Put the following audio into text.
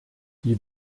die